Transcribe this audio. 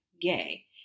gay